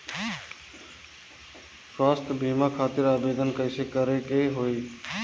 स्वास्थ्य बीमा खातिर आवेदन कइसे करे के होई?